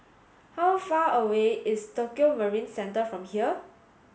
how far away is Tokio Marine Centre from here